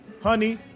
Honey